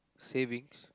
savings